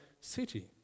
city